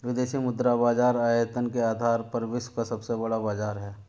विदेशी मुद्रा बाजार आयतन के आधार पर विश्व का सबसे बड़ा बाज़ार है